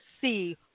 see